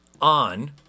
on